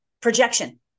projection